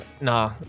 nah